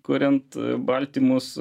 kuriant baltymus